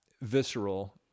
visceral